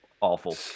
awful